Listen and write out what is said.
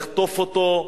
לחטוף אותו,